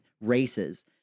races